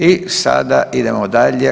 I sada idemo dalje.